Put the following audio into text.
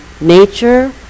nature